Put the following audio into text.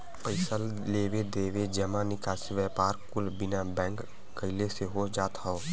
पइसा लेवे देवे, जमा निकासी, व्यापार कुल बिना बैंक गइले से हो जात हौ